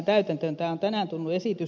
tämä on tänään tullut esitys